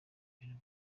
ibintu